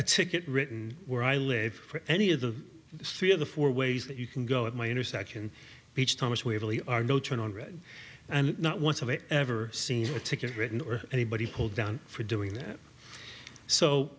a ticket written where i live for any of the three of the four ways that you can go at my intersection beach thomas we really are no turn on red and not once have i ever seen a ticket written or anybody pulled down for doing that so